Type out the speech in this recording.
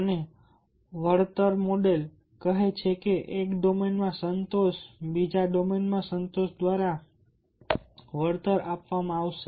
અને વળતર મોડેલ બોલે છે કે એક ડોમેનમાં સંતોષ બીજા ડોમેનમાં સંતોષ દ્વારા વળતર આપવામાં આવશે